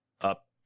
up